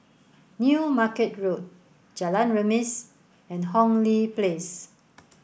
new Market Road Jalan Remis and Hong Lee Place